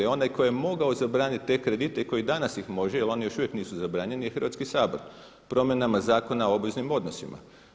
Onaj koji je mogao zabraniti te kredite i koji danas ih može, jer oni još uvijek nisu zabranjeni je Hrvatski sabor promjenama Zakona o obveznim odnosima.